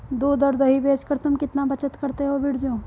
दूध और दही बेचकर तुम कितना बचत करते हो बिरजू?